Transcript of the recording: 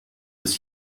bis